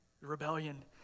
Rebellion